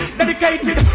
dedicated